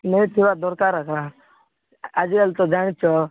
ଦରକାର ଆଜିକାଲି ତ ଜାଣିଛ